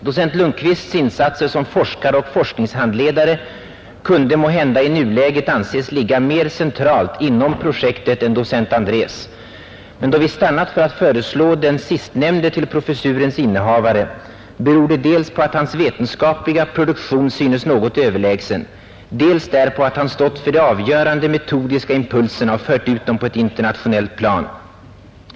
Doc Lundkvists insatser som forskare och forskningshandledare kunde måhända i nuläget anses ligga mer centralt inom projektet än doc Andraes, men då vi stannat för att föreslå den sistnämnde till professurens innehavare beror det dels på att hans vetenskapliga produktion synes något överlägsen, dels därpå att han stått för de avgörande metodiska impulserna och fört ut dem på ett internationellt plan.